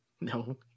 No